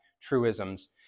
truisms